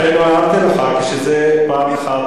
לכן לא אמרתי לך כשזה פעם אחת,